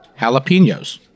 jalapenos